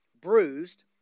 bruised